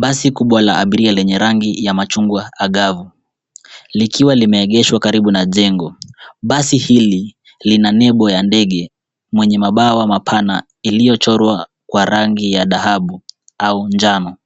Basi kubwa la abiria lenye rangi ya machungwa angavu, likiwa limeegeshwa karibu na jengo. Basi hili lina nembo ya ndege mwenye mabawa mapana iliyochorwa kwa rangi ya dhahabu au njano